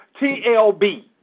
TLB